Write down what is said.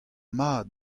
mat